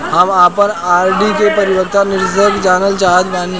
हम आपन आर.डी के परिपक्वता निर्देश जानल चाहत बानी